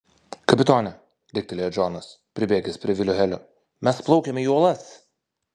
kapitone riktelėjo džonas pribėgęs prie vilio helio mes plaukiame į uolas